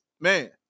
man